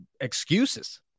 excuses